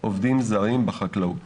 עובדים זרים בחקלאות.